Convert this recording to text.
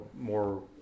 more